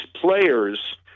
players